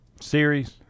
series